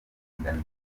urubyaro